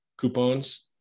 coupons